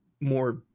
more